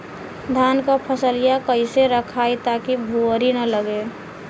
धान क फसलिया कईसे रखाई ताकि भुवरी न लगे?